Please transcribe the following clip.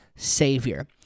Savior